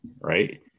Right